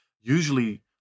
Usually